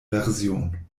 version